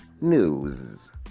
news